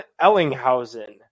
Ellinghausen